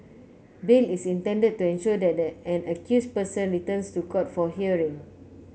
bail is intended to ensure that an accused person returns to court for hearing